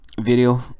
video